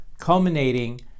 culminating